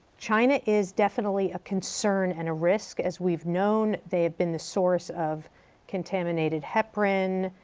china is definitely a concern and a risk as we've known. they've been the source of contaminated heparin,